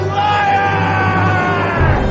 liar